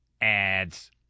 ads